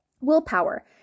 willpower